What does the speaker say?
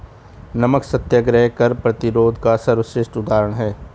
नमक सत्याग्रह कर प्रतिरोध का सर्वश्रेष्ठ उदाहरण है